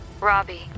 Robbie